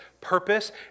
purpose